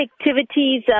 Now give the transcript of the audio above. activities